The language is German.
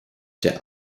der